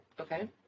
Okay